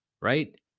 right